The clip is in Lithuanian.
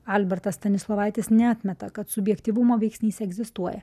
albertas stanislovaitis neatmeta kad subjektyvumo veiksnys egzistuoja